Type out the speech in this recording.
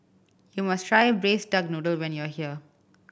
you must try Braised Duck Noodle when you are here